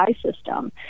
system